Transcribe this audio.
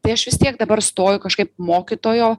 tai aš vis tiek dabar stoju kažkaip mokytojo